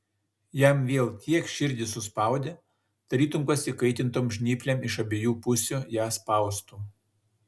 jam vėl tiek širdį suspaudė tarytum kas įkaitintom žnyplėm iš abiejų pusių ją spaustų